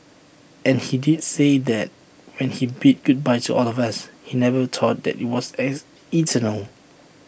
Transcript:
and he did say that when he bid goodbye to all of us he never thought that IT was ex eternal